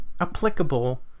applicable